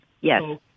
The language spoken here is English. Yes